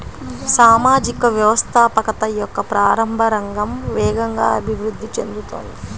సామాజిక వ్యవస్థాపకత యొక్క ప్రారంభ రంగం వేగంగా అభివృద్ధి చెందుతోంది